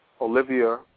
Olivia